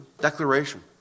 declaration